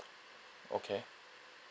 okay